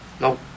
No